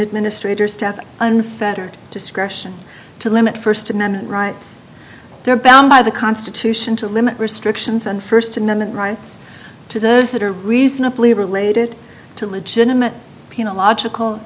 administrator staff unfettered discretion to limit first amendment rights they're bound by the constitution to limit restrictions and first amendment rights to those that are reasonably related to legitimate